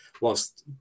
whilst